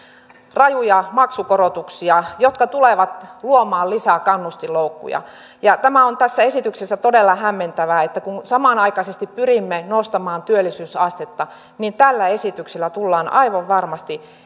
rajuja maksukorotuksia jotka tulevat luomaan lisää kannustinloukkuja ja tämä on tässä esityksessä todella hämmentävää että samanaikaisesti kun pyrimme nostamaan työllisyysastetta tällä esityksellä tullaan aivan varmasti